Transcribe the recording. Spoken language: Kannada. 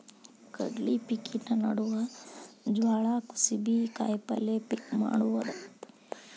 ಕಡ್ಲಿ ಪಿಕಿನ ನಡುವ ಜ್ವಾಳಾ, ಕುಸಿಬಿ, ಕಾಯಪಲ್ಯ ಪಿಕ್ ಮಾಡುದ